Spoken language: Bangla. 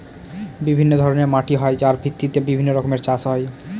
বিভিন্ন ধরনের মাটি হয় যার ভিত্তিতে বিভিন্ন রকমের চাষ হয়